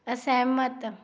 ਅਸਹਿਮਤ